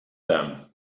them